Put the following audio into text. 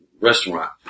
restaurant